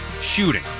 shooting